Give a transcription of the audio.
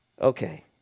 Okay